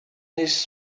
this